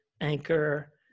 anchor